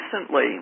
recently